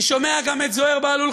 אני שומע גם את זוהיר בהלול,